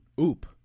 Oop